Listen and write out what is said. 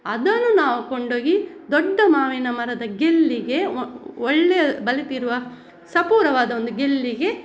ಅದನ್ನು ನಾವು ಕೊಂಡೋಗಿ ದೊಡ್ಡ ಮಾವಿನ ಮರದ ಗೆಲ್ಲಿಗೆ ಒಳ್ಳೆಯ ಬಲಿತಿರುವ ಸಪೂರವಾದ ಒಂದು ಗೆಲ್ಲಿಗೆ